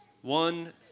One